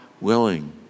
willing